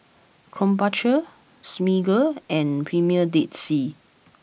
Krombacher Smiggle and Premier Dead Sea